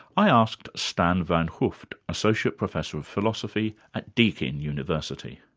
i asked stan van hooft, associate professor of philosophy at deakin university.